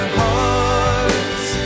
hearts